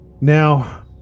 now